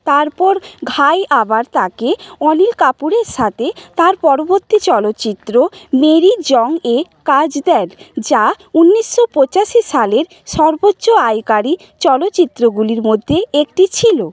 তারপর ঘাই আবার তাকে অনিল কাপুরের সাথে তার পরবর্তী চলচিত্র মেরি জংয়ে কাজ দেন যা উনিশশো পঁচাশি সালের সর্বোচ্চ আয়কারী চলচিত্রগুলির মধ্যে একটি ছিল